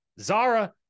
Zara